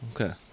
okay